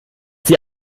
sie